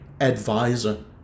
advisor